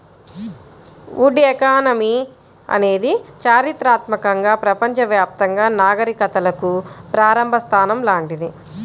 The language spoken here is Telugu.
వుడ్ ఎకానమీ అనేది చారిత్రాత్మకంగా ప్రపంచవ్యాప్తంగా నాగరికతలకు ప్రారంభ స్థానం లాంటిది